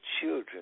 children